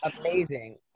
amazing